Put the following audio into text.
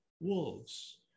wolves